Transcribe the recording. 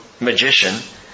magician